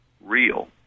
real